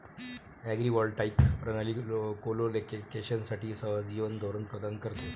agrivoltaic प्रणाली कोलोकेशनसाठी सहजीवन धोरण प्रदान करते